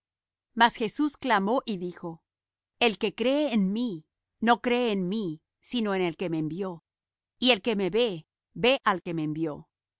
mas jesús clamó y dijo el que cree en mí no cree en mí sino en el que me envió y el que me ve ve al que me envió